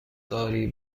داری